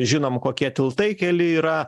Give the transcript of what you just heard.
žinom kokie tiltai keliai yra